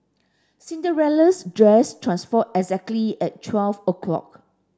Cinderella's dress transformed exactly at twelve o'clock